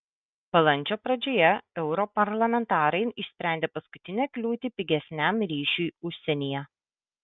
balandžio pradžioje europarlamentarai išsprendė paskutinę kliūtį pigesniam ryšiui užsienyje